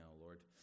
Lord